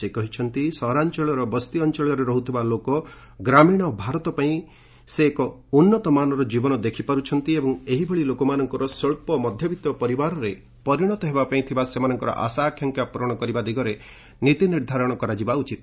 ସେ କହିଛନ୍ତି ସହରାଞ୍ଚଳର ବସ୍ତି ଅଞ୍ଚଳରେ ରହୁଥିବା ଲୋକ ଗ୍ରାମୀଣ ଭାରତ ପାଇଁ ସେ ଏକ ଉନ୍ନତମାନର ଜୀବନ ଦେଖିପାରୁଛନ୍ତି ଏବଂ ଏହିଭଳି ଲୋକମାନଙ୍କ ସ୍ପଚ୍ଛ ମଧ୍ୟବିତ୍ତ ପରିବାରରେ ପରିଣତ ହେବା ପାଇଁ ଥିବା ସେମାନଙ୍କର ଆଶା ଆକାଂକ୍ଷା ପ୍ରରଣ କରିବା ଦିଗରେ ନୀତି ନିର୍ଦ୍ଧାରଣ କରାଯିବା ଉଚିତ